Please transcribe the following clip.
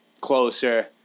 closer